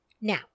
Now